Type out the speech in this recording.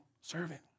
servant